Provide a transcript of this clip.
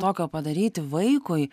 tokio padaryti vaikui